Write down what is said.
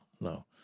no